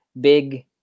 big